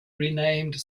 renamed